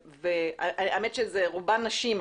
האמת שזה רובן נשים,